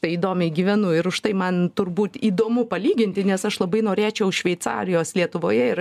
tai įdomiai gyvenu ir už tai man turbūt įdomu palyginti nes aš labai norėčiau šveicarijos lietuvoje ir